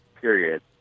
period